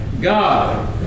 God